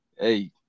Hey